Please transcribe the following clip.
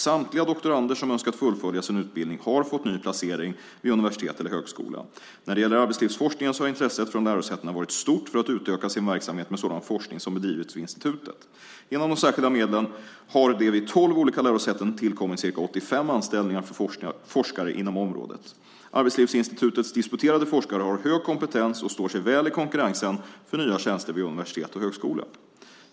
Samtliga doktorander som önskat fullfölja sin utbildning har fått ny placering vid universitet eller högskola. När det gäller arbetslivsforskningen har intresset från lärosätena varit stort för att utöka sin verksamhet med sådan forskning som bedrivits vid institutet. Genom de särskilda medlen har det vid tolv olika lärosäten tillkommit ca 85 anställningar för forskare inom området. Arbetslivsinstitutets disputerade forskare har hög kompetens och står sig väl i konkurrensen om nya tjänster vid universitet och högskola.